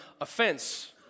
offense